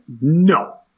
No